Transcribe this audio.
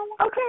okay